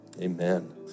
Amen